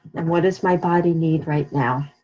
and what does my body need right now?